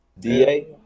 Da